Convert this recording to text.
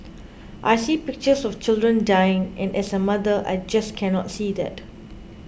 I see pictures of children dying and as a mother I just cannot see that